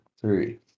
Three